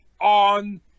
on